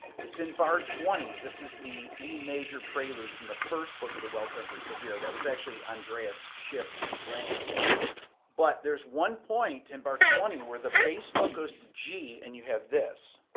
it's in bar twenty. this is the emajor prelude from the first book of the well-tempered clavier that was actually ondrea's shift playing it but there's one point in bar twenty where the bass note goes to g and you have this